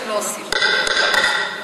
אפשר להגיד על הרבה אנשים שהם לא עושים כלום.